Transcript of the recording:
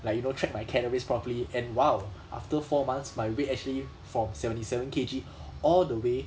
like you know track my calories properly and !wow! after four months my weight actually from seventy seven K_G all the way